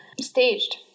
staged